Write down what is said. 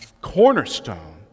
cornerstone